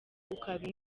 ukaba